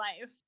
life